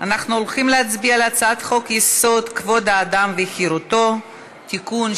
אנחנו הולכים להצביע על הצעת חוק-יסוד: כבוד האדם וחירותו (תיקון,